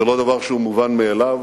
זה לא דבר שהוא מובן מאליו,